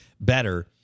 better